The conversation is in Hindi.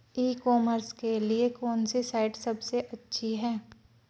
ई कॉमर्स के लिए कौनसी साइट सबसे अच्छी है?